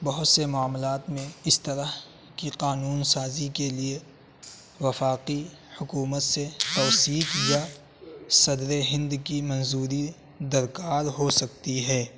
بہت سے معاملات میں اس طرح کی قانون سازی کے لیے وفاقی حکومت سے توثیق یا صدر ہند کی منظوری درکار ہو سکتی ہے